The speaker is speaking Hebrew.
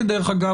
כדרך אגב,